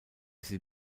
sie